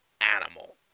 animal